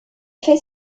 fait